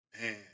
Man